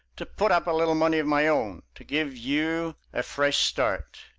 to put up a little money of my own to give you a fresh start.